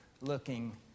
looking